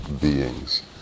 beings